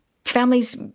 Families